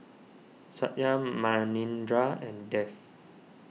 Satya Manindra and Dev